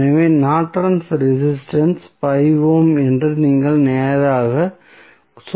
எனவே நார்டனின் resistance Nortons resistance 5 ohm என்று நீங்கள் நேராக சொல்லலாம்